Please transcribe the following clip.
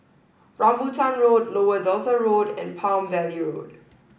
Rambutan Road Lower Delta Road and Palm Valley Road